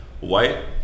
White